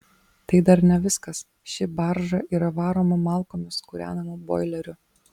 tai dar ne viskas ši barža yra varoma malkomis kūrenamu boileriu